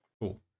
cool